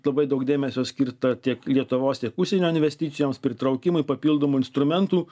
labai daug dėmesio skirta tiek lietuvos tiek užsienio investicijoms pritraukimui papildomų instrumentų